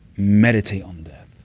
meditate on death,